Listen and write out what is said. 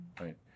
right